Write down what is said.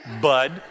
bud